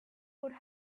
would